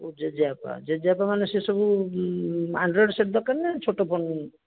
ଓ ଜେଜେବାପା ଜେଜେବାପା ମାନେ ସେସବୁ ଆଣ୍ଡ୍ରଏଡ଼ ସେଟ୍ ଦରକାର ନା ଛୋଟ ଫୋନ୍